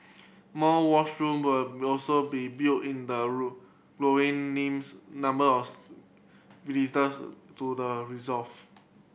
more washroom will also be built in the names number of visitors to the reserve